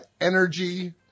energy